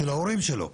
של ההורים שלו,